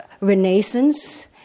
renaissance